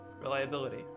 reliability